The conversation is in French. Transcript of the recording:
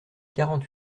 quarante